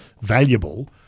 valuable